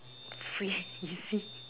free and easy